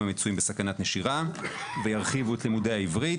המצויים בסכנת נשירה וירחיבו את לימודי העברית.